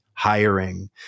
hiring